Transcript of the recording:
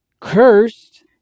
Cursed